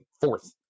fourth